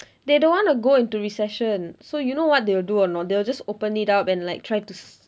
they don't want to go into recession so you know what they'll do or not they'll just open it up and like try to